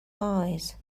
lies